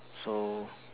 so